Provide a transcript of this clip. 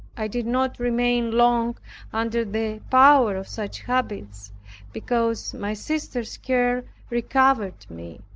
i did not remain long under the power of such habits because my sister's care recovered me.